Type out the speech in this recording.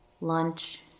Lunch